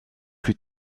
plus